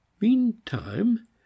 meantime